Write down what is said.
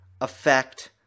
affect